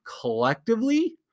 collectively